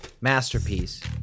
masterpiece